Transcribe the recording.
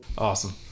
Awesome